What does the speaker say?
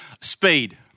Speed